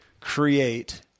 create